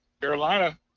Carolina